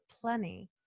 Plenty